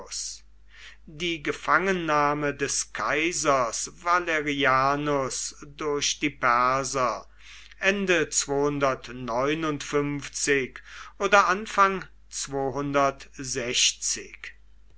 die gefangennahme des kaisers valerianus durch die perser oder